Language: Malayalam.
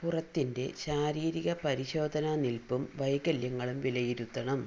പുറത്തിൻ്റെ ശാരീരിക പരിശോധന നിൽപ്പും വൈകല്യങ്ങളും വിലയിരുത്തണം